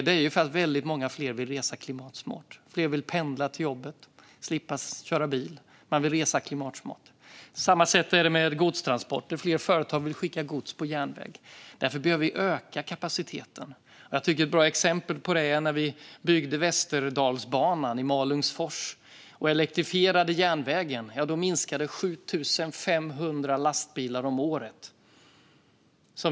Det är ju för att väldigt många fler vill resa klimatsmart. Fler vill pendla till jobbet och slippa köra bil. Man vill resa klimatsmart. På samma sätt är det med godstransporter. Fler företag vill skicka gods på järnväg. Därför behöver vi öka kapaciteten. Jag tycker att ett bra exempel på det är när vi byggde Västerdalsbanan i Malungsfors och elektrifierade järnvägen. Då minskade antalet lastbilar med 7 500 om året.